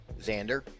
Xander